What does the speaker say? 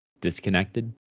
Disconnected